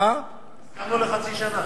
הסכמנו לחצי שנה.